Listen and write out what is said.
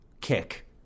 kick